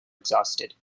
exhausted